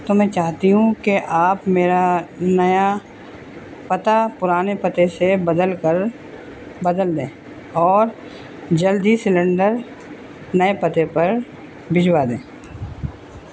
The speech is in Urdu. تو میں چاہتی ہوں کہ آپ میرا نیا پتہ پرانے پتے سے بدل کر بدل دیں اور جلد ہی سلنڈر نئے پتے پر بھجوا دیں